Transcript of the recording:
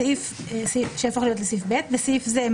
בסעיף זה,